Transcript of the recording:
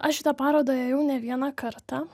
aš į tą parodą ėjau ne vieną kartą